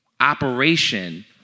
operation